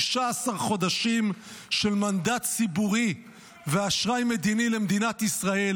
15 חודשים של מנדט ציבורי ואשראי מדיני למדינת ישראל,